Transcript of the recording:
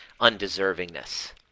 undeservingness